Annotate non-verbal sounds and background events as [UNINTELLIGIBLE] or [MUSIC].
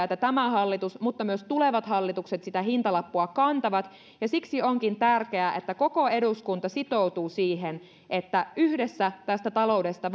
[UNINTELLIGIBLE] että tämä hallitus mutta myös tulevat hallitukset sitä hintalappua kantavat siksi onkin tärkeää että koko eduskunta sitoutuu siihen että yhdessä tästä taloudesta [UNINTELLIGIBLE]